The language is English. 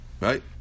right